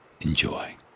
enjoy